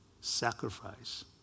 sacrifice